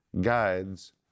guides